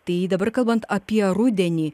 tai dabar kalbant apie rudenį